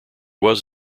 was